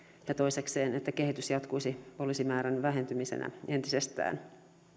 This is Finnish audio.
ja toisekseen että kehitys jatkuisi poliisimäärän vähentymisenä entisestään